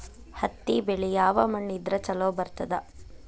ಹತ್ತಿ ಬೆಳಿ ಯಾವ ಮಣ್ಣ ಇದ್ರ ಛಲೋ ಬರ್ತದ?